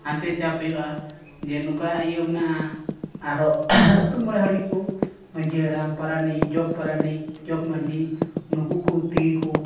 ᱦᱟᱱᱛᱮ ᱪᱟᱯ ᱦᱩᱭᱩᱜᱼᱟ ᱡᱮ ᱱᱚᱝᱠᱟ ᱤᱭᱟᱹ ᱢᱮᱱᱟᱜᱼᱟ ᱟᱨᱚ ᱟᱹᱛᱩ ᱢᱚᱬᱮ ᱦᱚᱲ ᱜᱮᱠᱚ ᱢᱟᱹᱡᱷᱤ ᱦᱟᱲᱟᱢ ᱯᱟᱨᱟᱱᱤᱠ ᱡᱚᱜᱽ ᱯᱟᱨᱟᱱᱤᱠ ᱡᱚᱜᱽ ᱢᱟᱹᱡᱷᱤ ᱱᱩᱠᱩ ᱠᱚ ᱛᱮᱜᱮ ᱠᱚ